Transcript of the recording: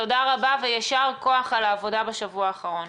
ותודה רבה ויישר כוח על העבודה בשבוע האחרון.